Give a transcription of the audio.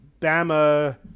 Bama